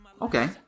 Okay